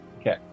Okay